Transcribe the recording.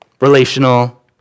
relational